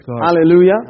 Hallelujah